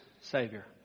Savior